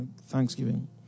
thanksgiving